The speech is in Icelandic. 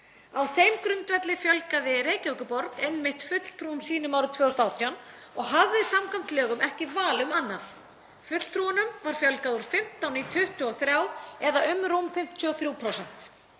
Á þeim grundvelli fjölgaði Reykjavíkurborg einmitt fulltrúum sínum árið 2018 og hafði samkvæmt lögum ekki val um annað. Fulltrúunum var fjölgað úr 15 í 23 eða um rúm 53%.